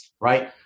right